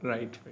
Right